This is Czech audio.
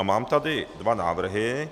Mám tady dva návrhy.